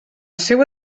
seua